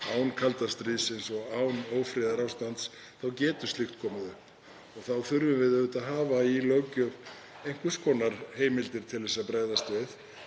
án kalda stríðsins og án ófriðarástands getur slíkt komið upp. Þá þurfum við auðvitað að hafa í löggjöf einhvers konar heimildir til að bregðast við.